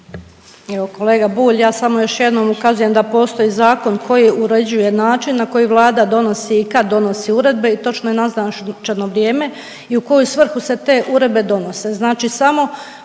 Evo kolega Bulj ja samo još jednom ukazujem da postoji zakon koji uređuje način na koji Vlada donosi i kad donosi uredbe i točno je naznačeno vrijeme i u koju svrhu se te uredbe donose.